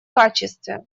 качестве